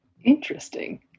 Interesting